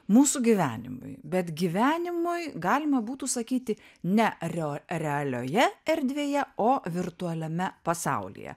mūsų gyvenimui bet gyvenimui galima būtų sakyti ne rio realioje erdvėje o virtualiame pasaulyje